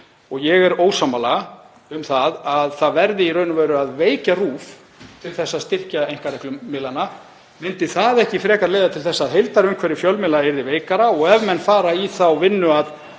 og ég er ósammála, um að það verði í raun og veru að veikja RÚV til að styrkja einkareknu miðlana. Myndi það ekki frekar leiða til þess að heildarumhverfi fjölmiðla yrði veikara? Og ef menn fara í þá vinnu að